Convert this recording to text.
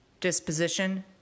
Disposition